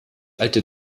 alte